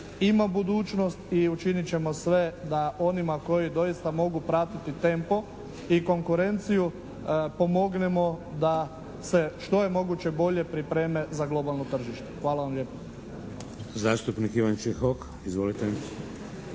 ima budućnost i učinit ćemo sve da onima koji doista mogu pratiti tempo i konkurenciju pomognemo da se što je moguće bolje pripreme za globalno tržište. Hvala vam lijepa. **Šeks, Vladimir